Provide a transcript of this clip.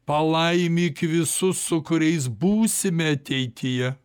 palaimyk visus su kuriais būsime ateityje